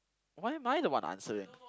why am I the one answering